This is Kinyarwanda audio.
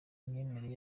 imyemerere